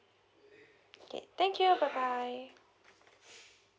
okay thank you bye bye